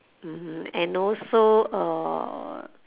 mmhmm and also uh